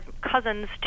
cousins